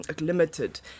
limited